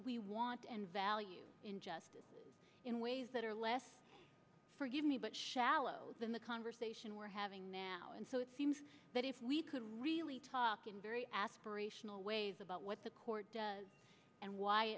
we want and value in justice in ways that are less forgive me but shallow than the conversation we're having now and so it seems that if we could really talk in very aspirational ways about what the court does and why